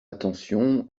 attention